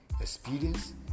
experience